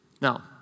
Now